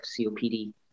COPD